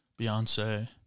Beyonce